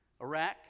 Iraq